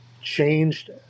changed